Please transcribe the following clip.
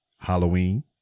Halloween